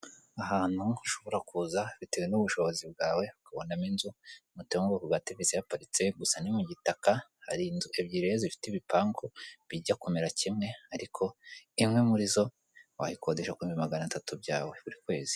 Ahantu ushobora kuza bitewe n'ubushobozi bwawe ukabonamo inzu, moto yo mu bwoko bwa revisi ihaparitse gusa ni mu gitaka hari inzu ebyiri zifite ibipangu bijya kumera kimwe ariko imwe muri izo wayikodesha kubihumbi magana atatu byawe buri kwezi.